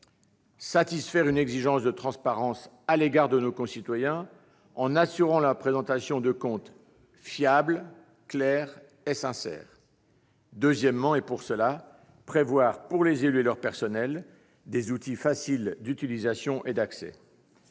satisfaire une exigence de transparence à l'égard de nos concitoyens, en assurant la présentation de comptes fiables, clairs et sincères ; à cette fin, prévoir, pour les élus et leur personnel, des outils faciles d'utilisation et d'accès.